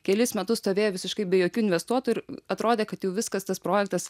kelis metus stovėjo visiškai be jokių investuotų ir atrodė kad jau viskas tas projektas